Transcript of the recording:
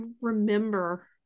remember